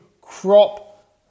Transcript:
crop